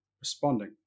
responding